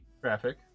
traffic